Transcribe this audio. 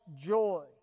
joy